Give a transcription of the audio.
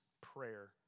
prayer